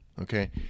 okay